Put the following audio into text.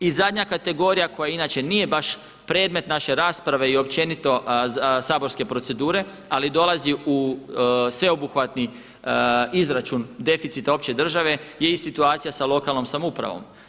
I zadnja kategorija koja inače nije baš predmet naše rasprave i općenito saborske procedure, ali dolazi u sveobuhvatni izračun deficita opće države je i situacija sa lokalnom samoupravom.